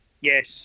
yes